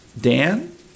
Dan